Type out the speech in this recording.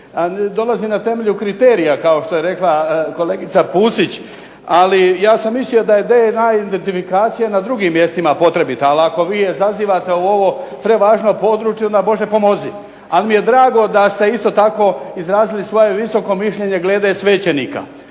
Dolazi na temelju kriterija kao što je rekla kolegica Pusić, ali ja sam mislio da je DNA identifikacija na drugim mjestima potrebita. Ali ako vi je zazivate u ovom prevažnom području onda Bože pomozi. Ali mi je drago da ste isto tako izrazili svoje visoko mišljenje glede svećenika,